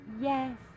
yes